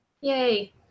Yay